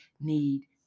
need